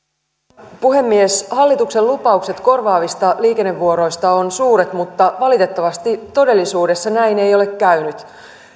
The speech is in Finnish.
arvoisa puhemies hallituksen lupaukset korvaavista liikennevuoroista ovat suuret mutta valitettavasti todellisuudessa näin ei ole käynyt